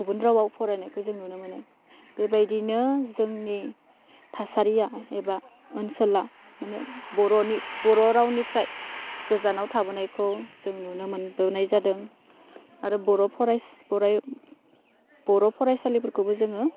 गुबुन रावाव फरायनायखौ जों नुनो मोनो बेबायदिनो जोंनि थासारिया एबा ओनसोला बर'नि बर' रावनिफ्राय गोजानाव थाबोनायखौ जों नुनो मोनबोनाय जादों आरो बर' फरायसा बर' फरायसालिफोरखौबो जोङो